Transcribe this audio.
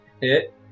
hit